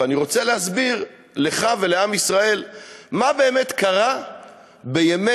ואני רוצה להסביר לך ולעם ישראל מה באמת קרה בימי